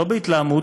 לא בהתלהמות,